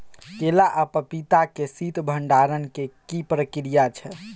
केला आ पपीता के शीत भंडारण के की प्रक्रिया छै?